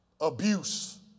Abuse